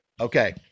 Okay